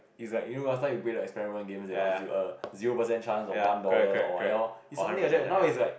it's like you know last time you play the experiment games they will ask you err zero percent chance or one dollar or ya lor it's something like that now it's like